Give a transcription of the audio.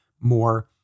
more